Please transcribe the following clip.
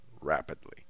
rapidly